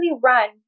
run